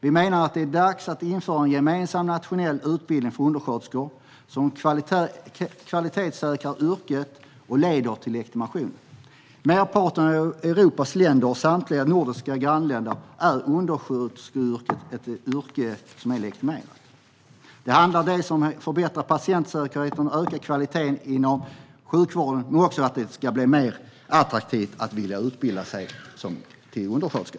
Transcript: Vi menar att det är dags att införa en gemensam, nationell utbildning för undersköterskor som kvalitetssäkrar yrket och leder till legitimation. I merparten av Europas länder och i samtliga våra nordiska grannländer är undersköterskeyrket ett legitimationsyrke. Det handlar dels om att förbättra patientsäkerheten och öka kvaliteten inom sjukvården, dels om att det ska bli mer attraktivt att utbilda sig till undersköterska.